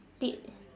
tip